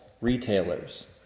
retailers